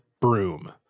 broom